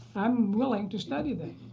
i'm willing to study that.